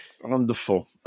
Wonderful